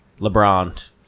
lebron